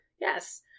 Yes